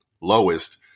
lowest